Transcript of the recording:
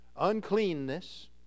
Uncleanness